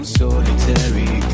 solitary